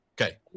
Okay